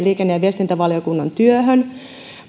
liikenne ja viestintävaliokunnan työhön